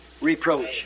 reproach